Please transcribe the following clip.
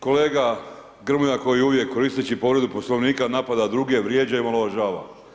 Kolega Grmoja koji uvijek koristeći povredu Poslovnika napada druge, vrijeđa i omaložava.